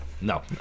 No